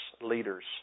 leaders